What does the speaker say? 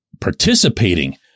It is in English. participating